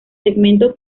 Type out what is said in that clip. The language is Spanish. segmento